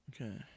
Okay